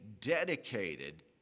dedicated